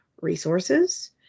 resources